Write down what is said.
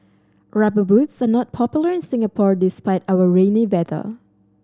Rubber Boots are not popular in Singapore despite our rainy weather